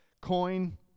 coin